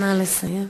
נא לסיים.